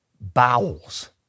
bowels